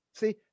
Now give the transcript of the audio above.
see